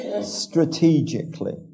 strategically